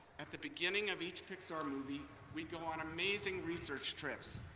at the beginning of each pixar movie we go on amazing research trips.